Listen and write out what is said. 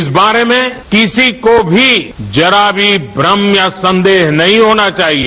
इस बारे में किसी को भी जरा भी भ्रम या संदेह नहीं होना चाहिये